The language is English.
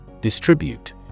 Distribute